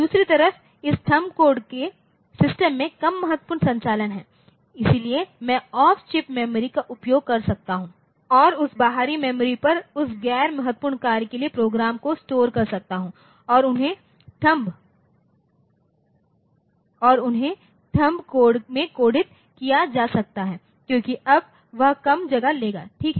दूसरी तरफ इस थंब कोड के सिस्टम में कम महत्वपूर्ण संचालन हैं इसलिए मैं ऑफ चिप मेमोरी का उपयोग कर सकता हूं और उस बाहरी मेमोरी पर उस गैर महत्वपूर्ण कार्यों के लिए प्रोग्राम को स्टोर कर सकता हूं और उन्हें थंब कोड में कोडित किया जा सकता है क्योंकि अब वह कम जगह लेगा ठीक है